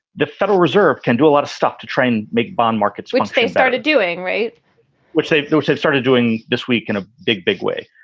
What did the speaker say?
the federal reserve can do a lot of stuff to try and make bond markets, which they started doing, rate which they have started doing this week in a big, big way.